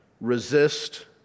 resist